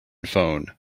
phone